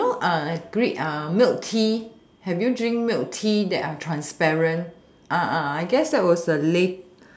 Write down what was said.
you know milk tea have you drink milk tea that are transparent I guess that was the latest